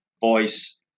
voice